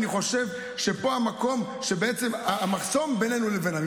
אני חושב שפה המחסום בינינו לבינם.